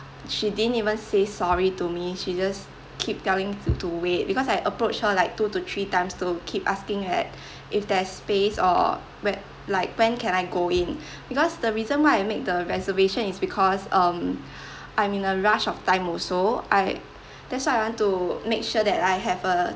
she didn't even say sorry to me she just keep telling to wait because I approach her like two to three times to keep asking like if there's space or whe~ like when can I go in because the reason why I make the reservation is because um I'm in a rush of time also I that's why I want to make sure that I have a